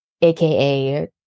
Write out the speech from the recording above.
AKA